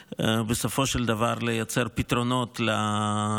בסופו של דבר כדי לייצר פתרונות לחמאס.